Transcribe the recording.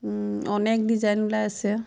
অনেক ডিজাইন ওলাইছে